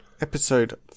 episode